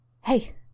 Hey